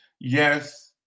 Yes